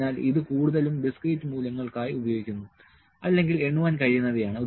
അതിനാൽ ഇത് കൂടുതലും ഡിസ്ക്രീറ്റ് മൂല്യങ്ങൾക്കായി ഉപയോഗിക്കുന്നു അല്ലെങ്കിൽ എണ്ണുവാൻ കഴിയുന്നവയാണ്